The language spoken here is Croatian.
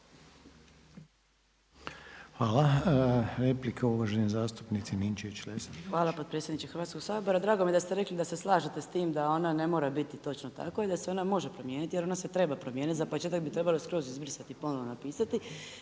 **Ninčević-Lesandrić, Ivana (MOST)** Hvala potpredsjedniče Hrvatskog sabora. Drago mi je rekli da se slažete s tim da ona ne mora biti točno tako i da se ona može promijeniti, jer ona se treba promijeniti, za početak bi ju trebalo skroz izbrisati, ponovno napisati.